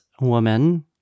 woman